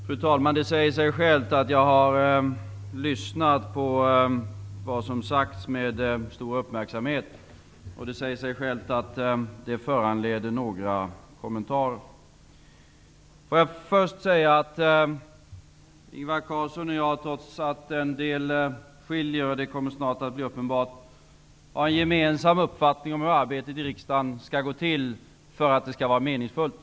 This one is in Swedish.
Fru talman! Det säger sig självt att jag med stor uppmärksamhet har lyssnat till vad som sagts. Det är också självfallet att det föranleder några kommentarer. Trots att en del skiljer, och det kommer snart att bli uppenbart, har Ingvar Carlsson och jag en gemensam uppfattning om hur arbetet i riksdagen skall gå till för att det skall vara meningsfullt.